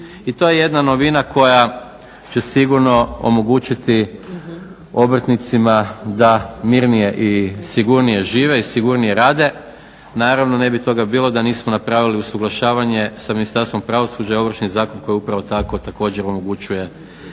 I to je jedna novina koja će sigurno omogućiti obrtnicima da mirnije i sigurnije žive i sigurnije rade. Naravno ne bi toga bilo da nismo napravili usuglašavanje sa Ministarstvom pravosuđa i Ovršnim zakonom koji je upravo tako također omogućuje te stvari.